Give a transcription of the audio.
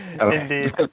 Indeed